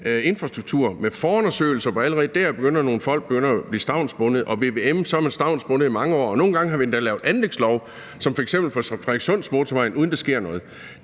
infrastruktur med forundersøgelser, hvor nogle folk allerede dér begynder at blive stavnsbundet, og med vvm er man stavnsbundet i mange år. Nogle gange har vi endda lavet anlægslov som f.eks. med Frederikssundsmotorvejen, uden at der sker noget.